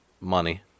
money